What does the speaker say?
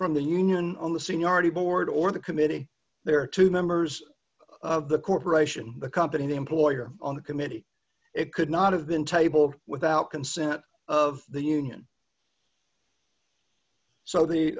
from the union on the seniority board or the committee there are two members of the corporation the company the employer on the committee it could not have been tabled without consent of the union so the